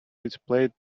displaced